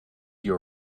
your